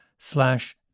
slash